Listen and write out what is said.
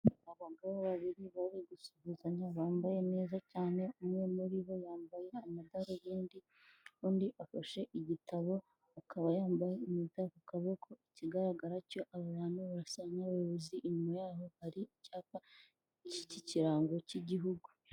Abagabo babiri bari gusuhuzanya bambaye neza cyane, umwe muri bo yambaye amadarubindi, undi afashe igitabo akaba yambaye impeta ku kaboko, ikigaragara cyo aba bantu basa nk'abayobozi, inyuma yabo hari icyapa iki kirango cy'igihugu.